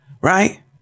right